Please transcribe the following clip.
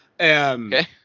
Okay